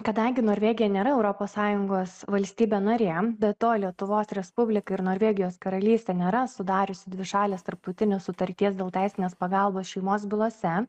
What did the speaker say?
kadangi norvegija nėra europos sąjungos valstybė narė be to lietuvos respublika ir norvegijos karalystė nėra sudariusi dvišalės tarptautinės sutarties dėl teisinės pagalbos šeimos bylose